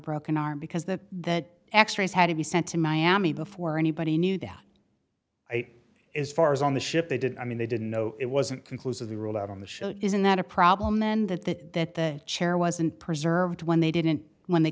broken arm because the x rays had to be sent to miami before anybody knew that eight as far as on the ship they did i mean they didn't know it wasn't conclusively ruled out on the show isn't that a problem in that that that the chair wasn't preserved when they didn't when they